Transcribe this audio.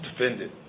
defended